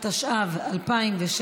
התשע"ו 2016,